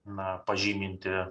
na pažyminti